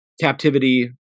captivity